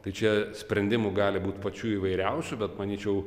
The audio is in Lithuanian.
tai čia sprendimų gali būt pačių įvairiausių bet manyčiau